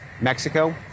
Mexico